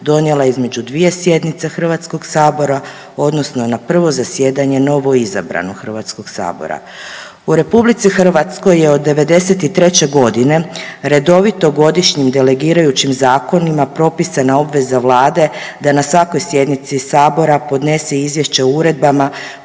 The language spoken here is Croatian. donijela između dvije sjednice HS odnosno na prvo zasjedanje novoizabranog HS. U RH je od '93.g. redovito godišnjim delegirajućim zakonima propisana obveza vlade da na svakoj sjednici sabora podnese izvješće o uredbama